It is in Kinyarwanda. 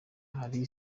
hari